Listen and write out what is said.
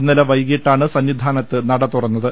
ഇന്നലെ വൈകീട്ടാണ് സന്നിധാനത്ത് നട തുറ ന്നത്